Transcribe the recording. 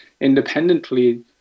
independently